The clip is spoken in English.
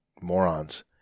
morons